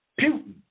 Putin